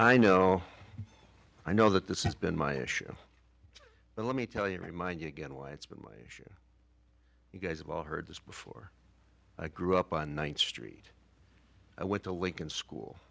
i know i know that this is been my issue but let me tell you remind you again why it's been you guys have all heard this before i grew up on ninth street i went to lincoln school